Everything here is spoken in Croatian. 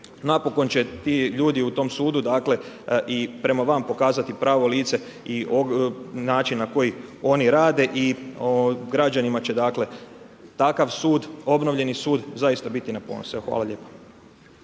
napokon će ti ljudi u tom sudu dakle i prema van pokazati pravo lice i način na koji oni rade i građanima će dakle takav sud, obnovljeni sud zaista biti na ponos. Evo, hvala lijepa.